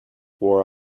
wore